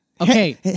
Okay